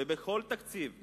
ובכל תקציב,